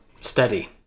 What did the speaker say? steady